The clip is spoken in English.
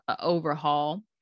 overhaul